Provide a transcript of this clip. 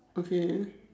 okay